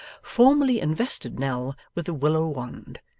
formally invested nell with a willow wand,